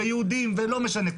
ויהודים ולא משנה,